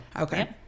Okay